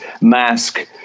mask